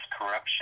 corruption